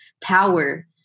power